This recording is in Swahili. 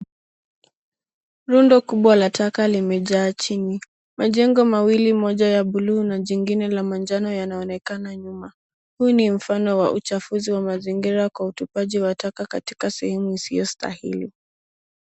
Rundo kubwa la taka limejaa chini. Majengo mawili mmoja ya buluu na jingine la manjano yanaonekana nyuma. Huu ni mfano wa uchafuzi wa mazingira kwa utupaji wa taka katika sehemu isiyostahili.